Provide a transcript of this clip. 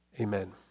amen